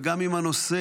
גם עם הנושא